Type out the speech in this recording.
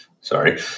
sorry